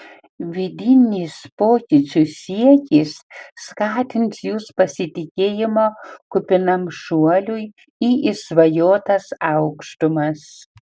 vidinis pokyčių siekis skatins jus pasitikėjimo kupinam šuoliui į išsvajotas aukštumas